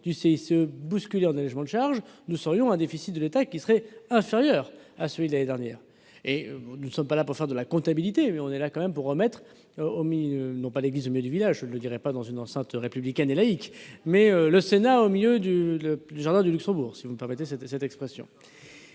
du CICE, bousculé en allégement de charges, le déficit de l'État serait inférieur à celui de l'année dernière. Nous ne sommes pas ici pour faire de la comptabilité, mais bien pour remettre, sinon l'église au milieu du village- je ne le dirais pas dans une enceinte républicaine et laïque -, mais le Sénat au milieu du jardin du Luxembourg, si vous me permettez cette expression.